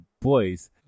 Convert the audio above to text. boys